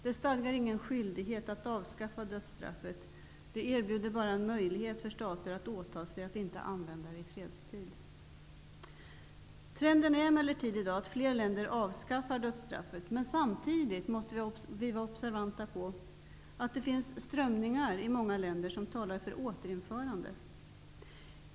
Det stadgar ingen skyldighet att avskaffa dödsstraffet. Det erbjuder bara en möjlighet för stater att åta sig att inte använda det i fredstid. Trenden är emellertid i dag att fler länder avskaffar dödsstraffet, men samtidigt måste vi vara observanta på att det i många länder finns strömningar som talar för återinförande.